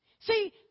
See